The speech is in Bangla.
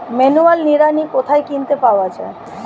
ম্যানুয়াল নিড়ানি কোথায় কিনতে পাওয়া যায়?